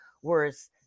Whereas